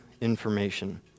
information